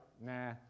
nah